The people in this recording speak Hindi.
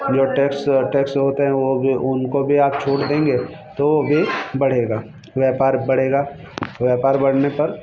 जो टैक्स टैक्स होते हैं वो भी उनको भी आप छूट देंगे तो वो भी बढ़ेगा व्यापार बढ़ेगा व्यपार बढ़ने पर